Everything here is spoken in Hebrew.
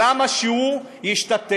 למה שהוא ישתתף,